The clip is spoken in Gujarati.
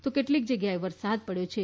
તો કેટલીક જગ્યાએ વરસાદ પડ્યો છે